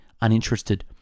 uninterested